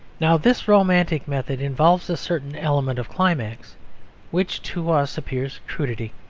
now this romantic method involves a certain element of climax which to us appears crudity.